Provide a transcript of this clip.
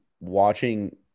watching